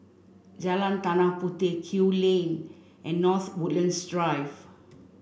Jalan Tanah Puteh Kew Lane and North Woodlands Drive